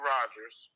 Rogers